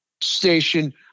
station